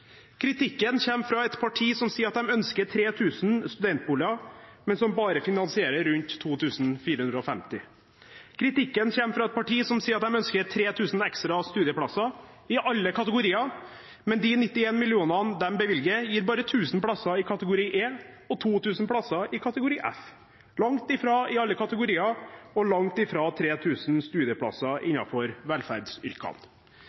Kritikken kommer fra et parti som sier at de ønsker 3 000 studentboliger, men som bare finansierer rundt 2 450. Kritikken kommer fra et parti som sier at de ønsker 3 000 ekstra studieplasser i alle kategorier, men de 91 mill. kr de bevilger, gir bare 1 000 plasser i kategori E og 2 000 plasser i kategori F – langt fra i alle kategorier og langt fra 3 000 studieplasser innenfor velferdsyrkene.